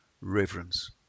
reverence